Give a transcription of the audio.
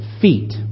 feet